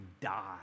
die